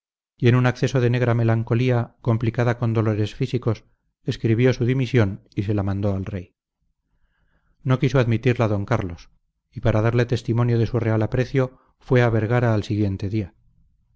en un acceso de negra melancolía complicada con dolores físicos escribió su dimisión y se la mandó al rey no quiso admitirla d carlos y para darle testimonio de su real aprecio fue a vergara al siguiente día